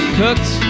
cooked